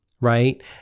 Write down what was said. right